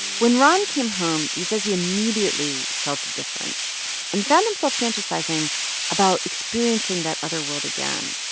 when ron came home, he says he immediately felt the difference and found himself fantasizing about experiencing that other world again.